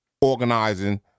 organizing